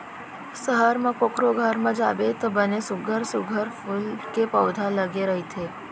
सहर म कोकरो घर म जाबे त बने सुग्घर सुघ्घर फूल के पउधा लगे रथे